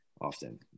often